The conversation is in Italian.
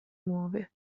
muove